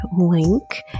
link